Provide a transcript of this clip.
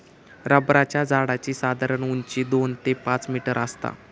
रबराच्या झाडाची साधारण उंची दोन ते पाच मीटर आसता